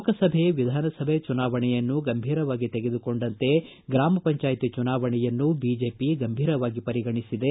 ಲೋಕಸಭೆ ವಿಧಾನಸಭೆ ಚುನಾವಣೆಯನ್ನು ಗಂಭೀರವಾಗಿ ತೆಗೆದುಕೊಂಡಂತೆ ಗ್ರಾಮ ಪಂಚಾಯಿತಿ ಚುನಾವಣೆಯನ್ನೂ ಬಿಜೆಪಿ ಗಂಭೀರವಾಗಿ ಪರಿಗಣಿಸಿದೆ